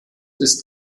ist